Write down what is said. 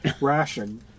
ration